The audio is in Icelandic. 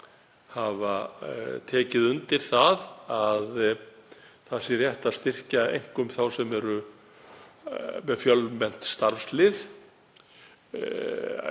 tekið undir það að rétt sé að styrkja einkum þá sem eru með fjölmennt starfslið